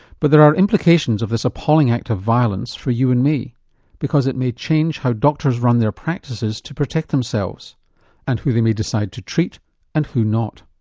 but there are implications of this appalling act of violence for you and me because it may change how doctors run their practices to protect themselves and who they may decide to treat and who not.